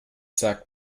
sagt